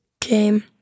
came